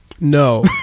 No